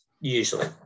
usually